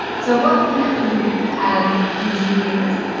so what's in it for you as industry leaders?